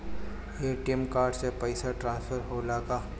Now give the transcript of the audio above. ATM card से पैसा transfer होला का?